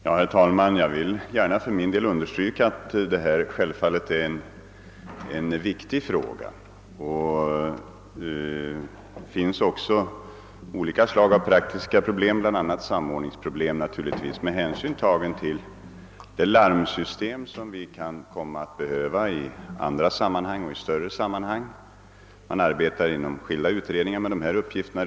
Herr talman! Jag vill gärna understryka att detta självfallet är en viktig fråga. Det finns också olika slag av praktiska problem, bl.a. samordningsproblem, med hänsyn tagen till det larmsystem som vi kan komma att behöva i andra och större sammanhang. Man arbetar inom skilda utredningar med dessa uppgifter.